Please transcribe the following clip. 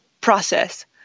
process